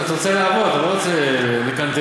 אתה רוצה לעבוד, אתה לא רוצה לקנטר.